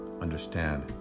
understand